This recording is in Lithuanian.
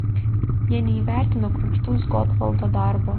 jie neįvertino kruopštaus gotvaldo darbo